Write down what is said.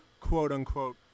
quote-unquote